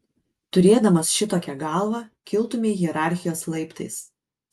turėdamas šitokią galvą kiltumei hierarchijos laiptais